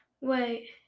Wait